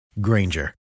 Granger